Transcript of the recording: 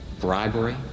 bribery